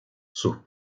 sus